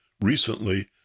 recently